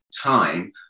time